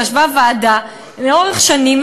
ישבה ועדה לאורך שנים,